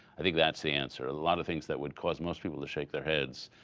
i think that's the answer. a lot of things that would cause most people to shake their heads,